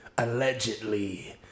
Allegedly